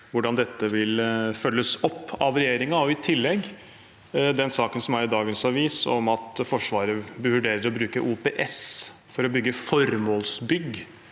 hvordan dette vil følges opp av regjeringen. I tillegg er det en sak i dagens avis om at Forsvaret vurderer å bruke OPS for å bygge formålsbygg